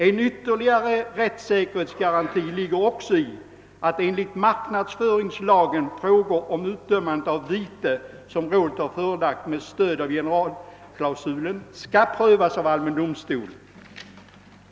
En ytterligare rättssäkerhetsgaranti ligger i att enligt marknadsföringslagen frågor om utdömande av vite, som rådet har förelagt, med stöd av generalklausulen skall prövas av allmän domstol.